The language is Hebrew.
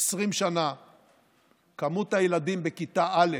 מספר הילדים בכיתה א'